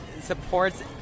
supports